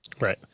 Right